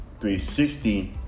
360